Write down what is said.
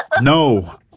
No